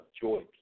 joy